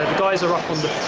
guys are up on the